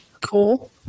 Cool